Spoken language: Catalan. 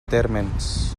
térmens